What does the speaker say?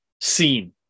seen